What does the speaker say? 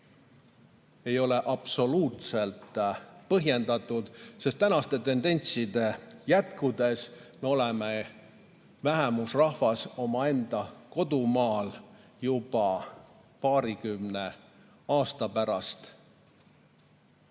ei ole absoluutselt põhjendatud, sest tänaste tendentside jätkudes me oleme vähemusrahvas omaenda kodumaal juba paarikümne aasta pärast.